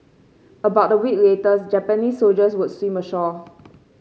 about a week later Japanese soldiers would swim ashore